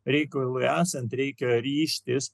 reikalui esant reikia ryžtis